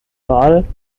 oral